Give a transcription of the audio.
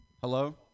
Hello